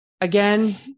again